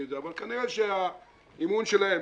אבל כנראה האמון שלהם,